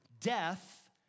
Death